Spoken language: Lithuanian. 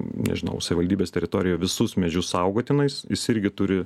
nežinau savivaldybės teritorijoje visus medžius saugotinais jis irgi turi